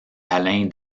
alain